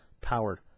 powered